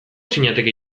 zinateke